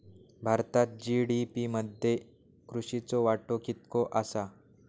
भारतात जी.डी.पी मध्ये कृषीचो वाटो कितको आसा?